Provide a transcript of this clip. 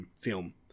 film